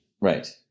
right